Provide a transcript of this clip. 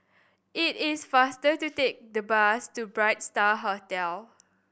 it is faster to take the bus to Bright Star Hotel